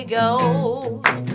goes